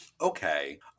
Okay